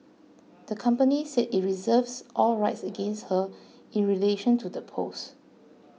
the company said it reserves all rights against her in relation to the post